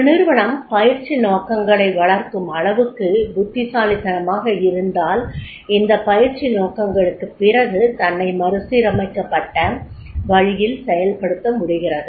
ஒரு நிறுவனம் பயிற்சி நோக்கங்களை வளர்க்கும் அளவுக்கு புத்திசாலித்தனமாக இருந்தால் இந்த பயிற்சி நோக்கங்களுக்குப் பிறகு தன்னை மறுசீரமைக்கப்பட்ட வழியில் செயல்படுத்த முடிகிறது